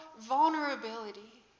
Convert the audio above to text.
vulnerability